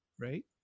Right